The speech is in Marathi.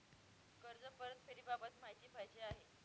कर्ज परतफेडीबाबत माहिती पाहिजे आहे